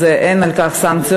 אז אין על כך סנקציות,